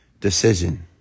decision